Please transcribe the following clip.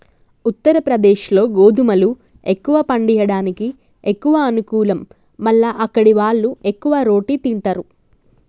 ఉత్తరప్రదేశ్లో గోధుమలు ఎక్కువ పండియడానికి ఎక్కువ అనుకూలం మల్ల అక్కడివాళ్లు ఎక్కువ రోటి తింటారు